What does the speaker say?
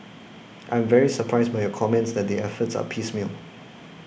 I am very surprised by your comments that the efforts are piecemeal